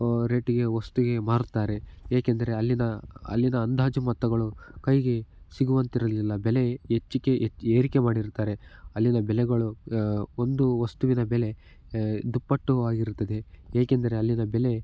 ರೇಟಿಗೆ ವಸ್ತುವಿಗೆ ಮಾರುತ್ತಾರೆ ಏಕೆಂದರೆ ಅಲ್ಲಿನ ಅಲ್ಲಿನ ಅಂದಾಜು ಮೊತ್ತಗಳು ಕೈಗೆ ಸಿಗುವಂತಿರಲಿಲ್ಲ ಬೆಲೆ ಹೆಚ್ಚಿಕೆ ಏರಿಕೆ ಮಾಡಿರ್ತಾರೆ ಅಲ್ಲಿನ ಬೆಲೆಗಳು ಒಂದು ವಸ್ತುವಿನ ಬೆಲೆ ದುಪ್ಪಟ್ಟು ಆಗಿರುತ್ತದೆ ಏಕೆಂದರೆ ಅಲ್ಲಿನ ಬೆಲೆ